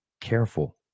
careful